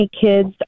kids